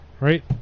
Right